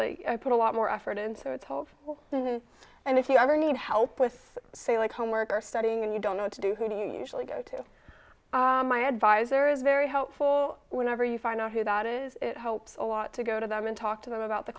like i put a lot more effort into atolls whole business and if you ever need help with say like homework or studying and you don't know what to do who do you usually go to my advisor is very helpful whenever you find out who that is it helps a lot to go to them and talk to them about the